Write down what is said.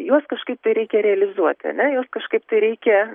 juos kažkaip reikia realizuoti ane juos kažkaip tai reikia